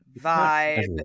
vibe